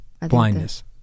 Blindness